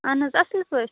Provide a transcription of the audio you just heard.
اَہَن حظ اَصٕل پٲٹھۍ